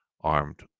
armed